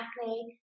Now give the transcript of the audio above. acne